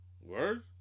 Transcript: Word